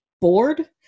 bored